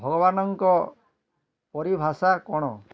ଭଗବାନଙ୍କ ପରିଭାଷା କ'ଣ